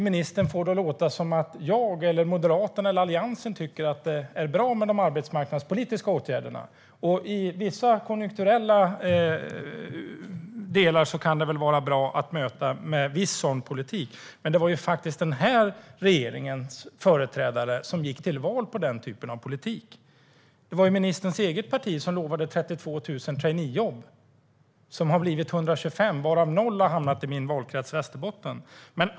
Ministern vill få det att låta som att jag, Moderaterna eller Alliansen tycker att de arbetsmarknadspolitiska åtgärderna är bra. Vissa konjunkturella delar kan det väl vara bra att möta med viss sådan politik, men det var ju faktiskt den här regeringens företrädare som gick till val på den typen av politik. Det var ju ministerns eget parti som lovade 32 000 traineejobb - som har blivit 125, varav noll har hamnat i min valkrets Västerbotten.